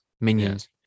minions